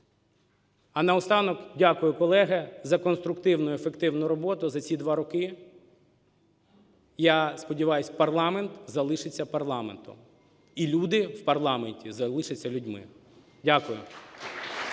А наостанок, дякую, колеги, за конструктивну, ефективну роботу за ці два роки. Я сподіваюсь, парламент залишиться парламентом і люди в парламенті залишаться людьми. Дякую.